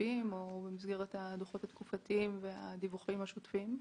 הכספיים או במסגרת הדוחות התקופתיים והדיווחים השוטפים.